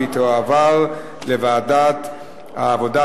לוועדת העבודה,